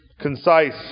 concise